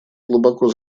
глубоко